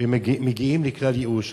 ומגיעים לכלל ייאוש.